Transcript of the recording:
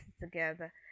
together